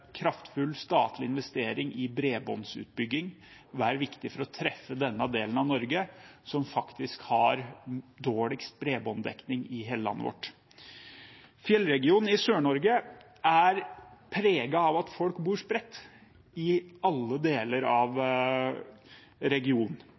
kraftfull statlig investering i bredbåndsutbygging være viktig for å treffe denne delen av Norge, som faktisk har dårligst bredbåndsdekning i hele landet. Fjellregionen i Sør-Norge er preget av at folk bor spredt i alle deler av